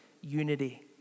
unity